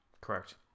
Correct